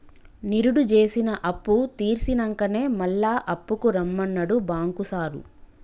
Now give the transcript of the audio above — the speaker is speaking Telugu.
నిరుడు జేసిన అప్పుతీర్సినంకనే మళ్ల అప్పుకు రమ్మన్నడు బాంకు సారు